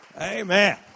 Amen